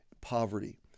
poverty